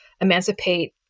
emancipate